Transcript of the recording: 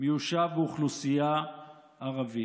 ממנו מיושב באוכלוסייה ערבית.